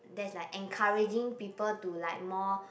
that's like encouraging people to like more